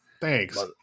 Thanks